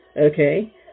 okay